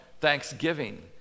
Thanksgiving